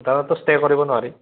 stay কৰিব নোৱাৰি